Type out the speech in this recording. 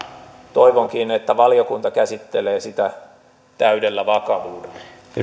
toivonkin että valiokunta käsittelee sitä täydellä vakavuudella